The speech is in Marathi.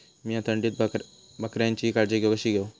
मीया थंडीत बकऱ्यांची काळजी कशी घेव?